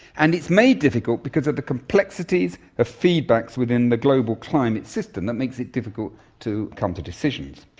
and it's made difficult because of the complexities of feedbacks within the global climate system. that makes it difficult to come to decisions.